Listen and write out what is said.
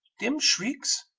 dim shrieks,